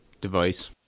device